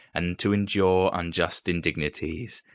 and to endure unjust indignities.